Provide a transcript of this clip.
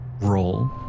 roll